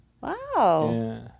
Wow